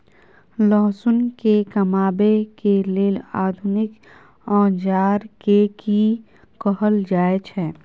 लहसुन के कमाबै के लेल आधुनिक औजार के कि कहल जाय छै?